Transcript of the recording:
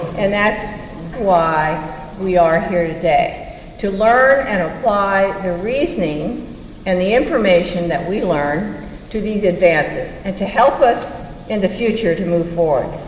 and that's why we are here today to learn and apply the reasoning and the information that we learn to these advances, and to help us in the future to move forward.